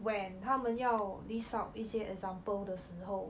when 他们要 list out 一些 example 的时候